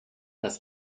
das